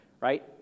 right